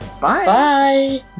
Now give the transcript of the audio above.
bye